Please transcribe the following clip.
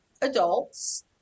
adults